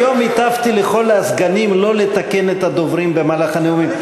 היום הטפתי לכל הסגנים לא לתקן את הדוברים במהלך הנאומים.